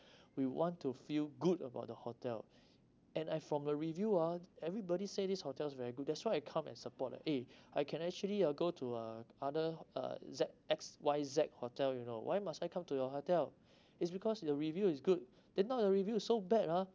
we want to feel good about the hotel and I from the review ah everybody say this hotel is very good that's why I come and support ah eh I can actually uh go to uh other uh Z X Y Z hotel you know why must I come to your hotel it's because the review is good then now the review is so bad ah